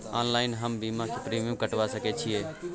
Online हम बीमा के प्रीमियम कटवा सके छिए?